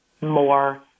more